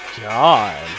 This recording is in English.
god